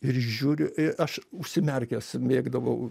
ir žiūriu aš užsimerkęs mėgdavau